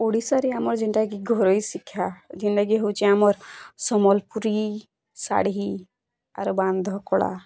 ଓଡ଼ିଶାରେ ଆମର୍ ଯେନ୍ତା କି ଘରୋଇ ଶିକ୍ଷା ଯେନ୍ତା କି ହୋଉଚି ଆମର୍ ସମ୍ବଲପୁରୀ ଶାଢ଼ି ଆର୍ ବାନ୍ଧକଳା